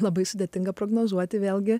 labai sudėtinga prognozuoti vėlgi